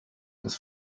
das